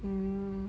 mm